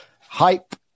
hype